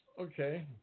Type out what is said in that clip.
Okay